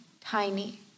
tiny